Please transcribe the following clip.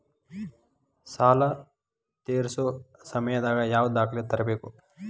ಸಾಲಾ ತೇರ್ಸೋ ಸಮಯದಾಗ ಯಾವ ದಾಖಲೆ ತರ್ಬೇಕು?